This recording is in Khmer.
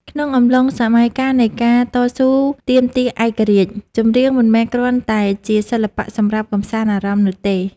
ក្នុងអំឡុងសម័យកាលនៃការតស៊ូទាមទារឯករាជ្យ ចម្រៀងមិនមែនគ្រាន់តែជាសិល្បៈសម្រាប់កម្សាន្តអារម្មណ៍នោះទេ។